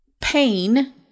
pain